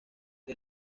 que